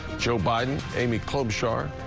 joe biden amy clubs shar,